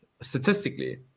statistically